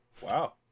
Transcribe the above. Wow